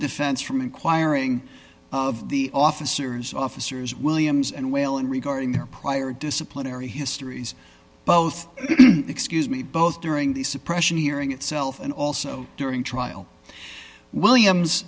defense from inquiring of the officers officers williams and whalen regarding their prior disciplinary histories both excuse me both during the suppression hearing itself and also during trial williams